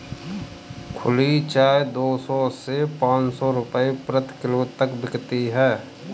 खुली चाय दो सौ से पांच सौ रूपये प्रति किलो तक बिकती है